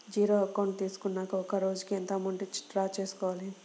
Zero account తీసుకున్నాక ఒక రోజుకి ఎంత అమౌంట్ డ్రా చేసుకోవాలి?